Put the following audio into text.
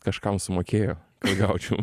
kažkam sumokėjo kad gaučiau